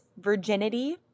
virginity